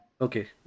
Okay